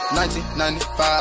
1995